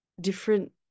different